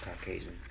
Caucasian